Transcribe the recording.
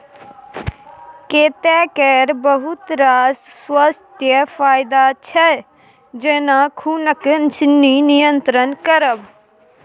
कैता केर बहुत रास स्वास्थ्य फाएदा छै जेना खुनक चिन्नी नियंत्रण करब